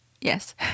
yes